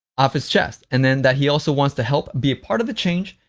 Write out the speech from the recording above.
off his chest and then that he also wants to help be a part of the change,